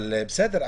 בסדר,